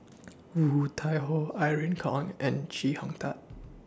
Woon Tai Ho Irene Khong and Chee Hong Tat